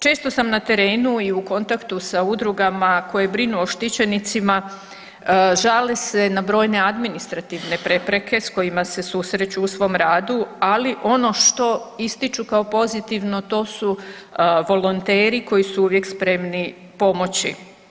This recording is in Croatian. Često sam na terenu i u kontaktu sa udrugama koje brinu o štićenicima, žale se na brojne administrativne prepreke s kojima se susreću u svom radu, ali ono što ističu kao pozitivno to su volonteri koji su uvijek spremni pomoći.